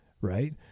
right